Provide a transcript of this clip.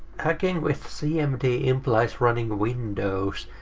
hacking with cmd implies running windows,